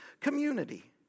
community